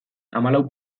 hamalau